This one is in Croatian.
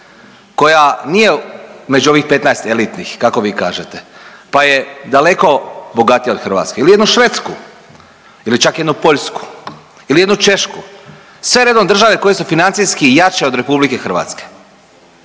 koja nije među ovih 15 elitnih kako vi kažete, pa je daleko bogatija od Hrvatske ili jednu Švedsku ili čak jednu Poljsku ili jednu Češku, sve redom države koje su financijski jače od RH, ali ovaj